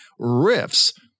riffs